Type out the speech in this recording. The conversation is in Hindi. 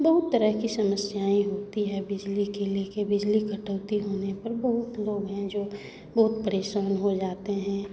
बहुत तरह की समस्याएँ होती है बिजली के लेके बिजली कटौती होने पर बहुत लोग हैं जो बहुत परेशान हो जाते हैं